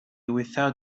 without